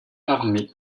armé